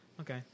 Okay